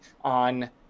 on